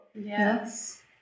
yes